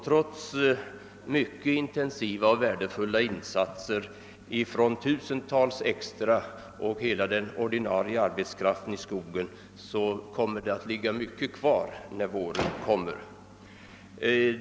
Trots mycket intensiva och värdefulla insatser i skogen från tusentals extra arbetare förutom hela den ordinarie arbetskraften kommer det att ligga mycket virke kvar när våren börjar.